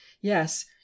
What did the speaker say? Yes